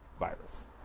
virus